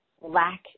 lack